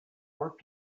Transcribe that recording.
work